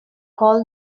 call